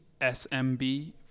SMB